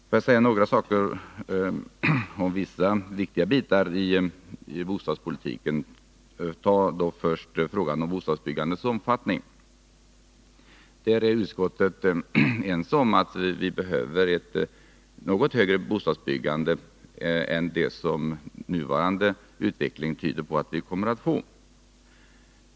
Får jag säga några ord om vissa viktiga bitar i bostadspolitiken, och låt mig först ta frågan om bostadsbyggandets omfattning. Utskottet är ense om att vi behöver ett något högre bostadsbyggande än det som den nuvarande utvecklingen tyder på att vi kommer att få.